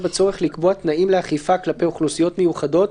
בצורך לקבוע תנאים לאכיפה כלפי אוכלוסיות מיוחדות,